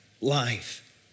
life